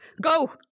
Go